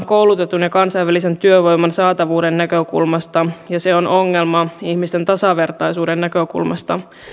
koulutetun ja kansainvälisen työvoiman saatavuuden näkökulmasta ja se on ongelma ihmisten tasavertaisuuden näkökulmasta